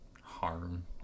harm